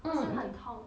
不是很痛